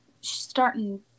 starting